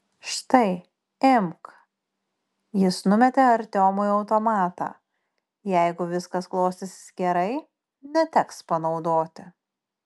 štai imk jis numetė artiomui automatą jeigu viskas klostysis gerai neteks panaudoti